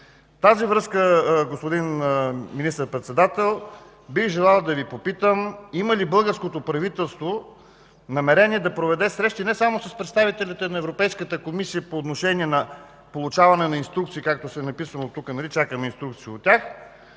тази връзка, господин Министър-председател, бих желал да Ви попитам има ли българското правителство намерения да проведе срещи не само с представители на Европейската комисия по отношение на получаване на инструкции, както е написано тук – „Чакаме инструкции от тях“,